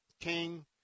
king